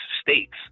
states